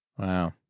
Wow